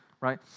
Right